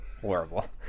horrible